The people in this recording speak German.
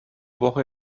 woche